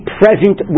present